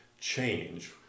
change